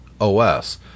OS